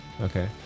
Okay